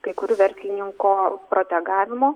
kai kurių verslininkų protegavimo